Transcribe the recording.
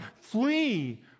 Flee